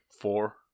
four